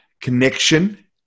Connection